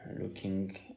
looking